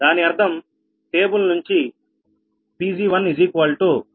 దాని అర్థం టేబుల్ నుంచి Pg1 161